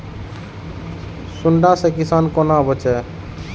सुंडा से किसान कोना बचे?